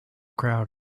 crowd